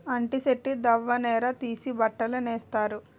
అంటి సెట్టు దవ్వ నార తీసి బట్టలు నేత్తన్నారు